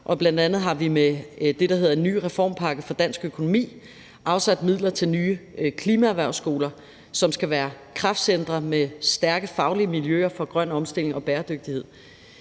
har bl.a. med det, der hedder »En ny reformpakke for dansk økonomi«, afsat midler til nye klimaerhvervsskoler, som skal være kraftcentre med stærke faglige miljøer for grøn omstilling og bæredygtighed.